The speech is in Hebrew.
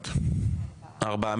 ארבעה.